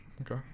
okay